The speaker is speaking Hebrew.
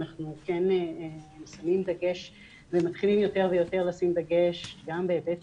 אנחנו כן מתחילים יותר ויותר לשים דגש גם בהיבט